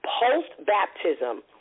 post-baptism